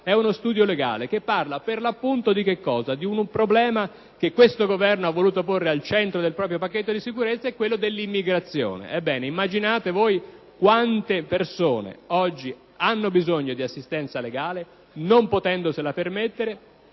di uno studio legale che parla, per l'appunto, di un problema che questo Governo ha voluto porre al centro del proprio pacchetto sulla sicurezza: quello dell'immigrazione. Ebbene, immaginate quante persone hanno oggi bisogno di assistenza legale, non possono permettersela